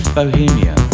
bohemia